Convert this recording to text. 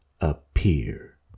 appear